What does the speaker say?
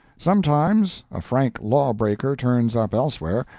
sometimes a frank law-breaker turns up elsewhere,